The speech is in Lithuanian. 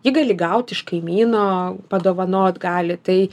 ji gali gaut iš kaimyno padovanot gali tai